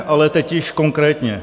Ale teď již konkrétně.